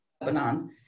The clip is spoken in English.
Lebanon